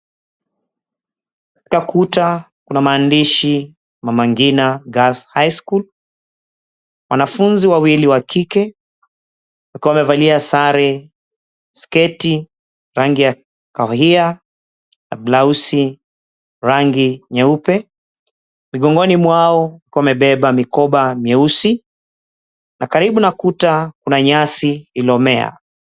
Kwa ukuta kuna maandishi 'Mama Ngina Girls High School' wanafunzi wawili wakike wakiwa wamevalia sare sketi rangi ya kahawia na blausi rangi nyeupe. Mgongoni mwao wakiwa wamebeba mikoba mieusi na karibu na kuta kuna nyasi iliyomea.